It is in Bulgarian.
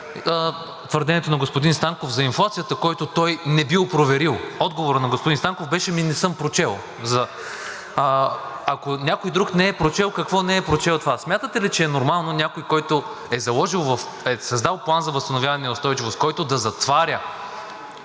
твърдението на господин Станков за инфлацията, която той не бил проверил. Отговорът на господин Станков беше: „Ми не съм прочел.“ Ако някой друг не е прочел – какво не е прочел? Смятате ли, че е нормално някой, който е създал План за възстановяване и устойчивост, който да затваря